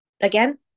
again